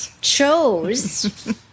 chose